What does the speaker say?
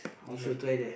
you should try there